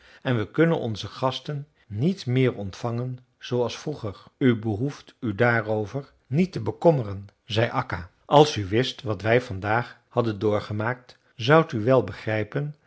en we kunnen onze gasten niet meer ontvangen zooals vroeger u behoeft u daarover niet te bekommeren zei akka als u wist wat wij vandaag hadden doorgemaakt zoudt u wel begrijpen